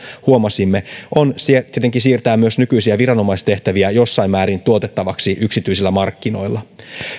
huomasimme on tietenkin siirtää myös nykyisiä viranomaistehtäviä jossain määrin tuotettavaksi yksityisillä markkinoilla